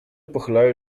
pochylają